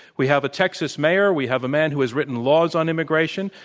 we have a texas mayor. we have a man who has written laws on immigration.